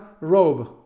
robe